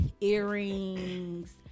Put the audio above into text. earrings